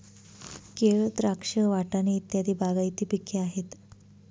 केळ, द्राक्ष, वाटाणे इत्यादी बागायती पिके आहेत